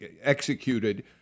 executed